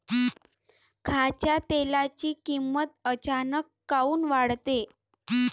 खाच्या तेलाची किमत अचानक काऊन वाढते?